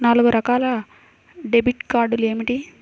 నాలుగు రకాల డెబిట్ కార్డులు ఏమిటి?